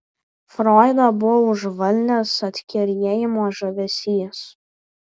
froidą buvo užvaldęs atkerėjimo žavesys